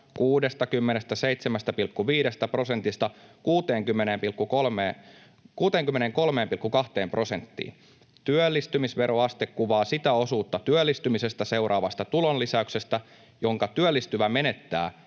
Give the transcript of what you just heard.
67,5 prosentista 63,2 prosenttiin.” Työllistymisveroaste kuvaa sitä osuutta työllistymisestä seuraavasta tulonlisäyksestä, jonka työllistyvä menettää